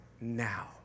now